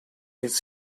this